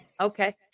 Okay